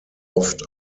oft